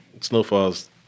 Snowfall's